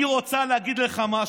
"אני רוצה להגיד לך משהו: